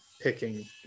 picking